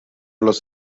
los